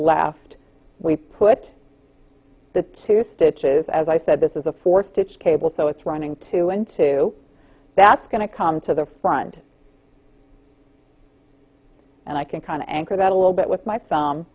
left we put the two stitches as i said this is a four stitch cable so it's running two and two that's going to come to the front and i can kind of anchor that a little bit with my